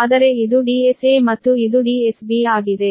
ಆದರೆ ಇದು DSA ಮತ್ತು ಇದು DSB ಆಗಿದೆ